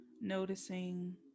Noticing